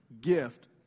gift